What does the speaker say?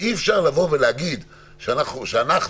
שאי-אפשר להגיד שאנחנו,